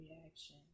reaction